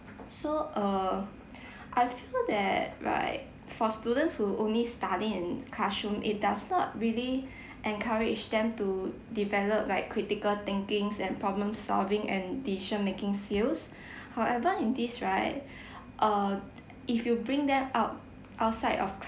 so uh I've heard that right for students who only study in classroom it does not really encourage them to develop like critical thinkings and problem solving and decision making skills however in this right uh if you bring them out~ outside of